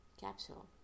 capsule